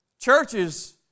Churches